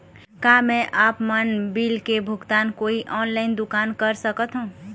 का मैं आपमन बिल के भुगतान कोई ऑनलाइन दुकान कर सकथों?